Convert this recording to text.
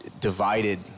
divided